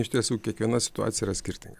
iš tiesų kiekviena situacija yra skirtinga